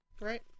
right